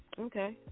Okay